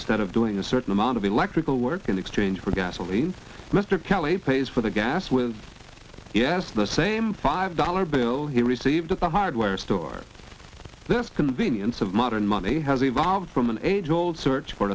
instead of doing a certain amount of electrical work in exchange for gasoline mr kelly pays for the gas with yes the same five dollar bill he received at the hardware store this convenience of modern money has evolved from an age old search for